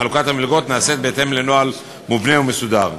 וחלוקת המלגות נעשית בהתאם לנוהל מובנה ומסודר.